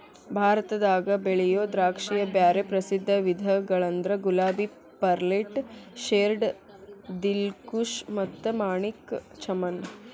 ಭಾರತದಾಗ ಬೆಳಿಯೋ ದ್ರಾಕ್ಷಿಯ ಬ್ಯಾರೆ ಪ್ರಸಿದ್ಧ ವಿಧಗಳಂದ್ರ ಗುಲಾಬಿ, ಪರ್ಲೆಟ್, ಶೇರ್ಡ್, ದಿಲ್ಖುಷ್ ಮತ್ತ ಮಾಣಿಕ್ ಚಮನ್